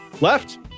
left